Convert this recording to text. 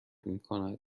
میکند